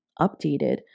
updated